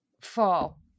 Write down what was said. fall